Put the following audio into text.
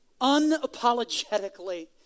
unapologetically